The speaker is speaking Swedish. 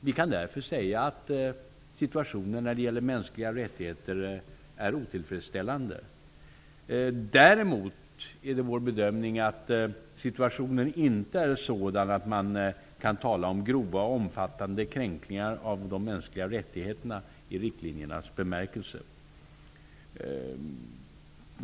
Vi kan därför säga att situationen när det gäller mänskliga rättigheter är otillfredsställande. Däremot är det vår bedömning att situationen inte är sådan att man kan tala om grova och omfattande kränkningar av de mänskliga rättigheterna i riktlinjernas bemärkelse.